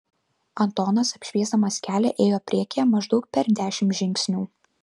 antonas apšviesdamas kelią ėjo priekyje maždaug per dešimt žingsnių